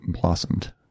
blossomed